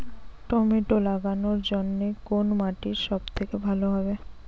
Tomato লাগানোর জন্যে কোন মাটি সব থেকে ভালো হবে?